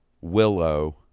willow